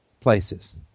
places